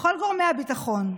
לכל גורמי הביטחון,